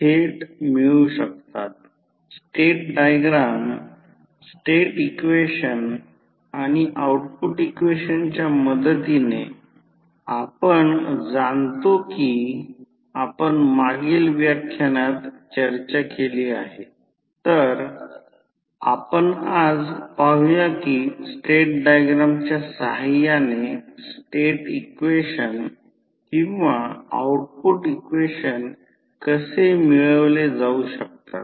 तर मुळात ट्रान्सफॉर्मरच्या मुख्य फायद्यांपैकी एक म्हणजे तो व्होल्टेज लेवल ट्रान्समिट करू शकतो म्हणजे तो व्होल्टेज लेवल वाढवू शकतो किंवा व्होल्टेज लेवल कमी करू शकतो